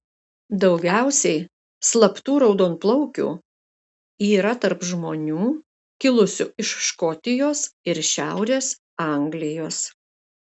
daugiausiai slaptų raudonplaukių yra tarp žmonių kilusių iš škotijos ir šiaurės anglijos